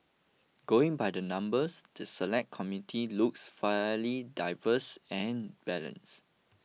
going by the numbers the Select Committee looks fairly diverse and balance